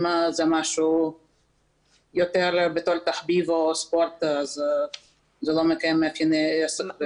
אם זה משהו יותר בתור תחביב או ספורט אז זה לא מקיים מאפייני עסק.